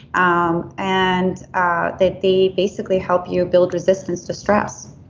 um and ah they they basically help you build resistance to stress.